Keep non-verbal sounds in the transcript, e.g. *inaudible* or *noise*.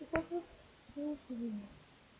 *laughs*